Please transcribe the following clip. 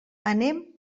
anem